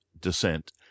descent